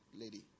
lady